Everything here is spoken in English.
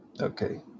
Okay